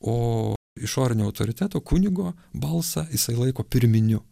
o išorinio autoriteto kunigo balsą jisai laiko pirminiu